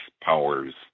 Powers